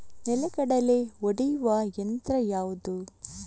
ನೆಲಗಡಲೆ ಒಡೆಯುವ ಯಂತ್ರ ಯಾವುದು?